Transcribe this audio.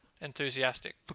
enthusiastic